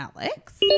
Alex